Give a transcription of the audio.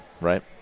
right